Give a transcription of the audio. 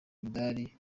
imidari